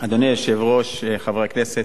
אדוני היושב-ראש, חברי הכנסת,